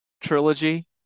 trilogy